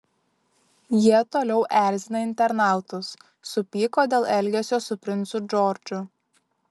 jie toliau erzina internautus supyko dėl elgesio su princu džordžu